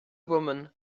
woman